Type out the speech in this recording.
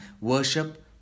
Worship